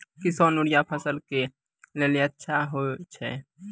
किसान यूरिया फसल के लेली अच्छा होय छै?